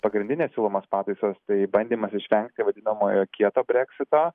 pagrindinės siūlomos pataisos tai bandymas išvengti vadinamojo kieto breksito